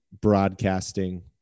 broadcasting